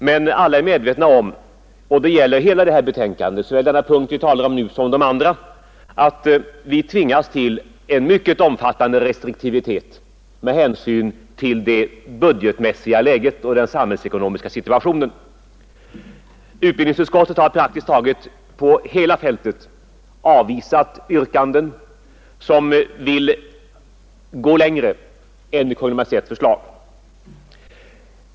Men alla är medvetna om — det gäller hela betänkandet, såväl den punkt vi nu talar om som de andra — att vi tvingas till restriktivitet med hänsyn till det budgetmässiga läget och den samhällsekonomiska situationen. Utbildningsutskottet har praktiskt taget på hela fältet avvisat yrkanden som vill gå längre än Kungl. Maj:ts förslag.